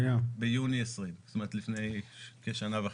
ביוני 2020, זאת אומרת לפני כשנה וחצי.